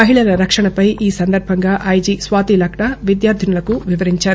మహిళల రక్షణపై ఈ సందర్భంగా ఐజీ స్వాతిలక్రా విద్యార్థినులకు వివరించారు